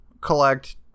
collect